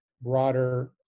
broader